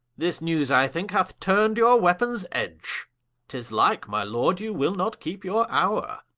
this newes i thinke hath turn'd your weapons edge tis like, my lord, you will not keepe your houre